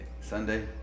sunday